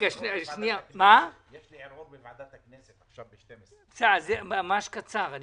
יש לי ערעור בוועדת הכנסת בשעה 12. אני מבקש